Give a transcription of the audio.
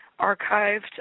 archived